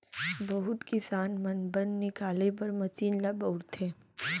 बहुत किसान मन बन निकाले बर मसीन ल बउरथे